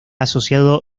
asociado